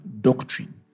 doctrine